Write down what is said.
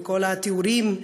מכל התיאורים,